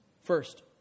First